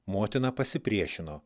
motina pasipriešino